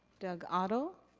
doug otto.